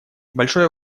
большое